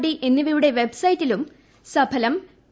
D എന്നിവയുടെ വെബ്സൈറ്റിലും Saphalam P